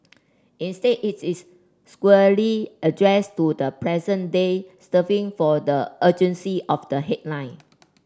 instead it is squarely addressed to the present day stir for the urgency of the headline